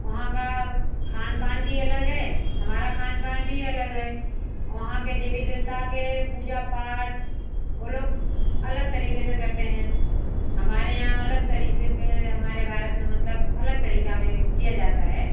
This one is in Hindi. वहाँ का खान पान भी अलग है हमारा खान पान भी अलग है वहाँ के देवी देवता के पूजा पाठ वो लोग अलग तरीक़े से करते हैं हमारे यहाँ अलग तरीक़े के हमारे भारत में मतलब अलग तरीक़े में किया जाता है